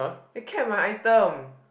they kept my item